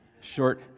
Short